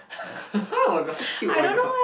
ha ha oh-my-god so cute oh-my-god